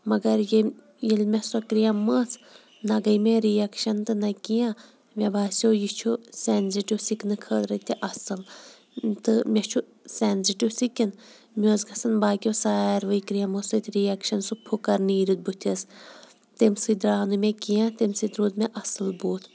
مگر یمہِ ییٚلہِ مےٚ سۄ کِرٛیٖم مٔژھ نہ گٔیے مےٚ رِیَکشَن تہٕ نہ کینٛہہ مےٚ باسیٚو یہِ چھُ سیٚنزِٹِو سِکنہٕ خٲطرٕ تہِ اَصٕل تہٕ مےٚ چھُ سیٚنزِٹِو سِکِن مےٚ اوس گژھان باقٕیو ساروٕے کِرٛیٖمو سۭتۍ رِیَکشَن سُہ پھُکَر نیٖرِتھ بٕتھِس تمہِ سۭتۍ درٛاو نہٕ مےٚ کینٛہہ تمہِ سۭتۍ روٗد مےٚ اَصٕل بُتھ